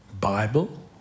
Bible